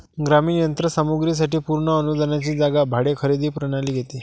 ग्रामीण यंत्र सामग्री साठी पूर्ण अनुदानाची जागा भाडे खरेदी प्रणाली घेते